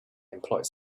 employed